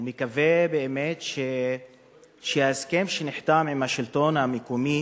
ומקווה באמת שההסכם שנחתם עם השלטון המקומי